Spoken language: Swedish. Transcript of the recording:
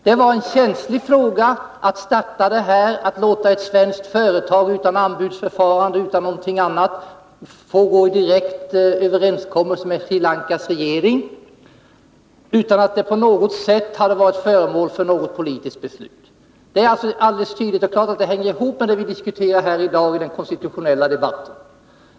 Det var en känslig fråga att låta ett svenskt företag utan anbudsförfarande eller något annat få en direkt överenskommelse med Sri Lankas regering, utan att det på något sätt hade varit föremål för något politiskt beslut. Det är alldeles tydligt och klart att det hänger ihop med det vi diskuterar i dagi den konstitutionella debatten.